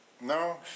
No